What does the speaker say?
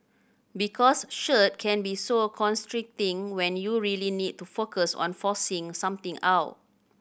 because shirt can be so constricting when you really need to focus on forcing something out